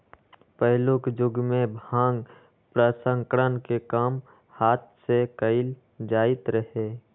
पहिलुक जुगमें भांग प्रसंस्करण के काम हात से कएल जाइत रहै